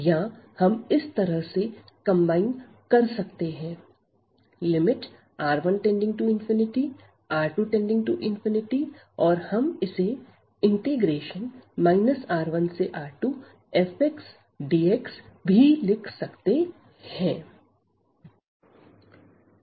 या हम इस तरह से कंबाइन कर सकते हैं lim⁡R1→∞ R2→∞ और हम इसे R1R2fxdx भी लिख सकते हैं